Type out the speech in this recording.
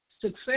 success